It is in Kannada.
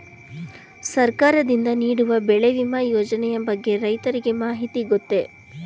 ಸರ್ಕಾರದಿಂದ ನೀಡುವ ಬೆಳೆ ವಿಮಾ ಯೋಜನೆಯ ಬಗ್ಗೆ ರೈತರಿಗೆ ಮಾಹಿತಿ ಗೊತ್ತೇ?